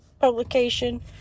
publication